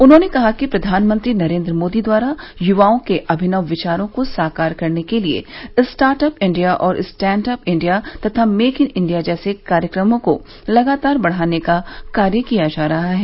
उन्होंने कहा कि प्रधानमंत्री नरेन्द्र मोदी द्वारा युवाओं के अभिनव विचारों को साकार करने के लिये स्टाटअप इंडिया और स्टैंडअप इंडिया तथा मेक इन इंडिया जैसे कार्यक्रमों को लगातार बढ़ाने का कार्य किया जा रहा है